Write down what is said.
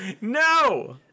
No